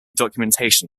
documentation